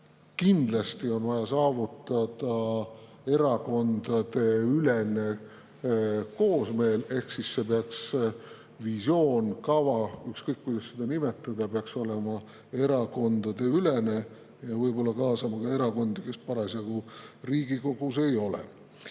kindlasti on vaja saavutada erakondadeülene koosmeel ehk see visioon või kava, ükskõik kuidas seda nimetada, peaks olema erakondadeülene ja võib-olla peaks kaasama ka erakondi, kes parasjagu Riigikogus ei ole.